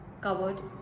covered